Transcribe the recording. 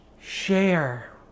share